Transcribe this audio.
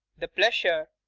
the pleasure!